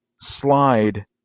slide